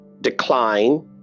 decline